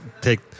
take